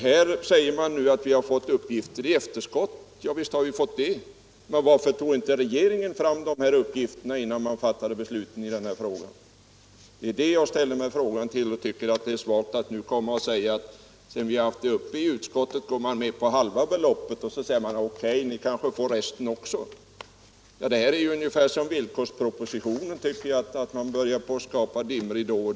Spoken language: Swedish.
Här säger man nu att vi har fått uppgifter i efterskott. Ja, visst har vi fått det. Men varför tog inte regeringen fram dessa uppgifter innan man fattade besluten? Det är det jag ställer mig frågande till. Jag tycker att det är svagt att nu komma och säga att sedan vi har haft ärendet uppe i utskottet går man med på halva beloppet. Och så säger man: O.K., ni kanske får resten också. Det är ungefär som villkorspropositionen, tycker jag - man börjar skapa dimridåer.